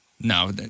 No